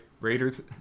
Raiders